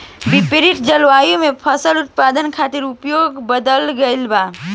विपरीत जलवायु में फसल उत्पादन खातिर उपाय ढूंढ़ल गइल बा